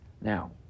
Now